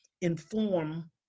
inform